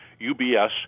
UBS